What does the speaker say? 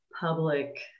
public